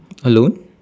alone